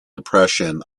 depression